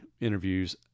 interviews